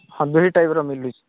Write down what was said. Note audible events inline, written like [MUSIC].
[UNINTELLIGIBLE] ଟାଇପ୍ର ମିଳୁଛି